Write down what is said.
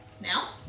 Now